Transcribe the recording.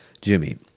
Jimmy